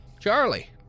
Charlie